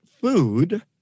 food